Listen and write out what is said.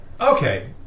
Okay